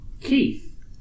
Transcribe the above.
Keith